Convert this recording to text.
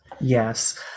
yes